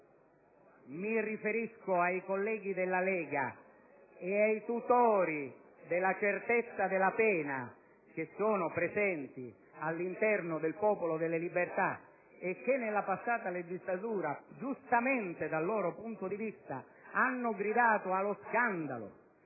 mi riferisco ai colleghi della Lega e ai tutori della certezza della pena presenti all'interno del Popolo della Libertà, che nella scorsa legislatura, giustamente - dal loro punto di vista - hanno gridato allo scandalo